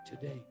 today